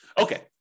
Okay